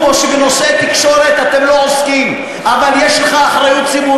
וינסה להביא ועדות כאלה ואחרות מעל ראשינו,